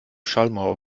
schallmauer